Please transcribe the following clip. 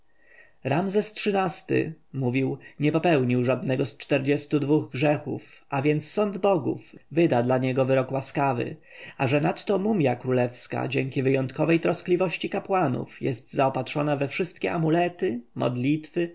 pana ramzes xii-ty mówił nie popełnił żadnego z czterdziestu dwóch grzechów więc sąd bogów wyda dla niego wyrok łaskawy a że nadto mumja królewska dzięki wyjątkowej troskliwości kapłanów jest zaopatrzona we wszystkie amulety modlitwy